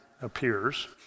appears